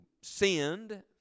sinned